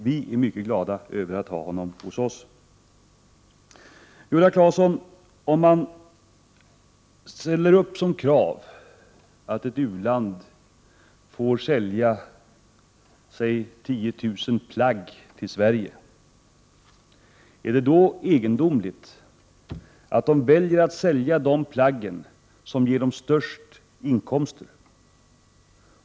Vi är mycket glada över att ha honom hos oss. Viola Claesson! Om man ställer upp som krav att ett u-land får sälja t.ex. 10 000 plagg till Sverige, då är det väl inte så egendomligt om det landet väljer att sälja de plagg som ger de största inkomsterna!